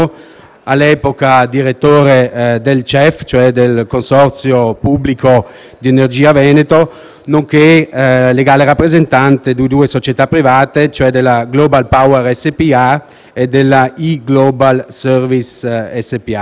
all'epoca direttore del CEV (Consorzio pubblico energia Veneto), nonché legale rappresentante di due società private, la Global Power SpA e la E-Global Service SpA.